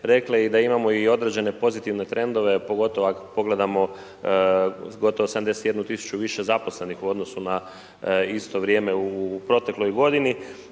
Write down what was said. rekle i da imamo i određene pozitivne trendove, pogotovo ako pogledamo gotovo 71 000 i više zaposlenih u odnosu na isto vrijeme u protekloj godini,